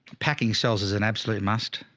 packing cells is an absolute must